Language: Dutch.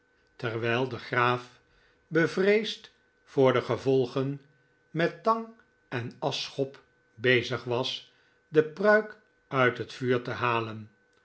terwijl de graaf bevreesd voor de gevolgen met tang en aschschop bezig was de pruik uit het vuur te halen